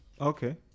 Okay